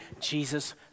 Jesus